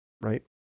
right